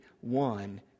one